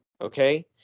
Okay